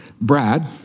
Brad